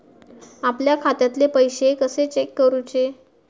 आपल्या खात्यातले पैसे कशे चेक करुचे?